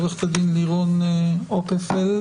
עורכת הדין לירון הופפלד;